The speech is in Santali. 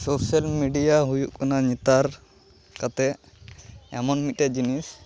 ᱥᱳᱥᱟᱞ ᱢᱤᱰᱤᱭᱟ ᱦᱩᱭᱩᱜ ᱠᱟᱱᱟ ᱱᱮᱛᱟᱨ ᱠᱟᱛᱮᱫ ᱮᱢᱚᱱ ᱢᱤᱫᱴᱮᱡ ᱡᱤᱱᱤᱥ